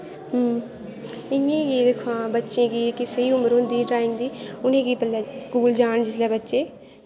इ'यां गै दिक्खां हा बच्चें दी इक स्हेई उमर होंदी ड्राइंग दी उ'नें स्कूल जान जिसलै बच्चे